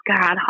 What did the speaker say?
God